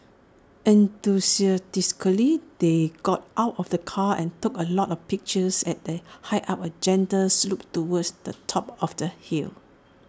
enthusiastically they got out of the car and took A lot of pictures as they hiked up A gentle slope towards the top of the hill